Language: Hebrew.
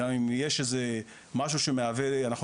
גם אם יש איזה שהוא משהו שמהווה משהו,